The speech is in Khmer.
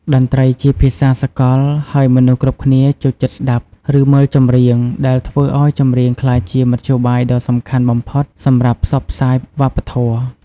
តន្ត្រីជាភាសាសកល ហើយមនុស្សគ្រប់គ្នាចូលចិត្តស្ដាប់ ឬមើលចម្រៀង ដែលធ្វើឲ្យចម្រៀងក្លាយជាមធ្យោបាយដ៏សំខាន់បំផុតសម្រាប់ផ្សព្វផ្សាយវប្បធម៌។